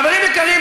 חברים יקרים,